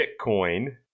Bitcoin